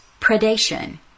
predation